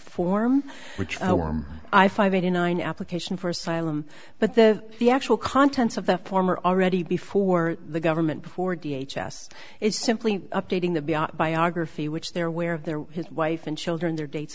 which i five eighty nine application for asylum but the the actual contents of the former already before the government before d h s is simply updating the biography which there where of their his wife and children their dates